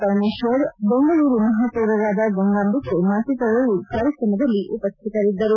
ಪರಮೇಶ್ವರ್ ಬೆಂಗಳೂರು ಮಹಾಪೌರರಾದ ಗಂಗಾಂಬಿಕೆ ಮತ್ತಿತರರು ಕಾರ್ಯಕ್ರಮದಲ್ಲಿ ಉಪಸ್ಥಿತರಿದ್ದರು